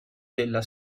della